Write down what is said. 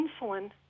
insulin